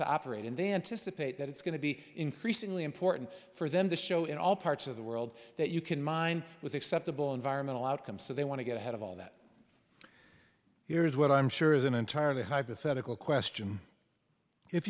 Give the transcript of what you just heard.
to operate and then to support that it's going to be increasingly important for them to show in all parts of the world that you can mine with acceptable environmental outcomes so they want to get ahead of all that here's what i'm sure is an entirely hypothetical question if